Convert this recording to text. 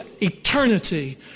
eternity